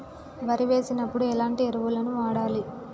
వరి వేసినప్పుడు ఎలాంటి ఎరువులను వాడాలి?